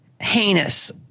heinous